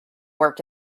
work